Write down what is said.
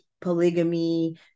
polygamy